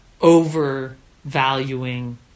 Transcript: overvaluing